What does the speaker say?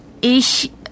Ich